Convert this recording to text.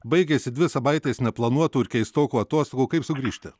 baigėsi dvi savaitės neplanuotų ir keistokų atostogų kaip sugrįžti